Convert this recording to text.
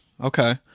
okay